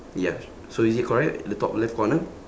ya so is it correct the top left corner